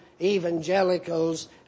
evangelicals